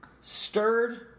stirred